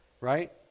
right